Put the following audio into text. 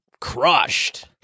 crushed